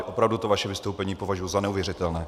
Opravdu to vaše vystoupení považuji za neuvěřitelné.